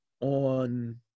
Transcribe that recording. on